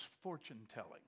fortune-telling